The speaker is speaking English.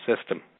system